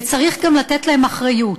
וצריך גם לתת להם אחריות.